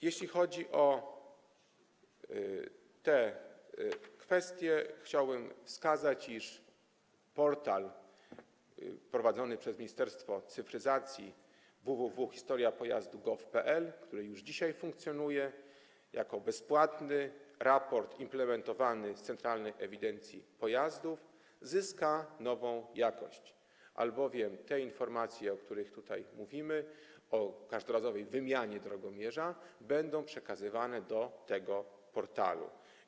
Jeśli chodzi o te kwestie, chciałbym wskazać, iż portal prowadzony przez Ministerstwo Cyfryzacji www.historiapojazdu.gov.pl, który już dzisiaj funkcjonuje jako bezpłatny raport implementowany z centralnej ewidencji pojazdów, zyska nową jakość, albowiem te informacje, o których tutaj mówimy, po każdorazowej wymianie drogomierza będą przekazywane do tego portalu.